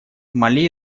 мали